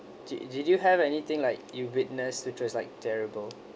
did did you have anything like you witness visual like terrible